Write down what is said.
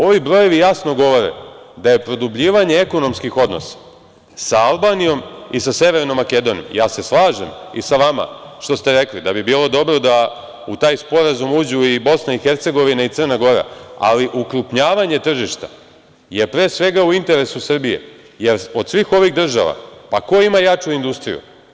Ovi brojevi jasno govore da je produbljivanje ekonomskih odnosa sa Albanijom i sa Severnom Makedonijom, ja se slažem i sa vama što ste rekli da bi bilo dobro da u taj Sporazum uđu i Bosna i Hercegovina i Crna Gora, ali ukrupnjavanje tržišta je pre svega, u interesu Srbije, jer od svih ovih država, pa ko ima jaču industriju?